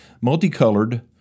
multicolored